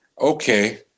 Okay